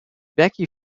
becky